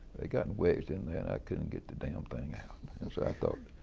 they got wedged in there and i couldn't get the damn thing out, and so i thought,